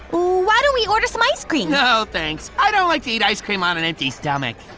why don't we order some ice cream? no thanks, i don't like to eat ice cream on an empty stomach.